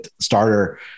starter